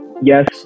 yes